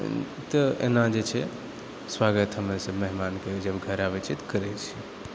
तऽ एना जे छै स्वागत हमसब मेहमानके जब घर आबै छै तऽ करै छिए